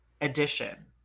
edition